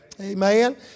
Amen